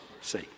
see